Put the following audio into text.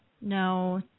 No